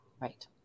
Right